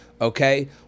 Okay